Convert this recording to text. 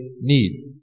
need